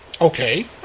Okay